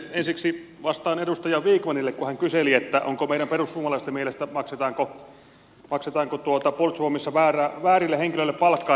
ensiksi vastaan edustaja vikmanille kun hän kyseli maksetaanko meidän perussuomalaisten mielestä puolustusvoimissa väärille henkilöille palkkaa